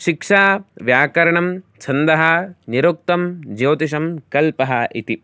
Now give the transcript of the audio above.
शिक्षा व्याकरणं छन्दः निरुक्तं ज्योतिषं कल्पः इति